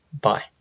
Bye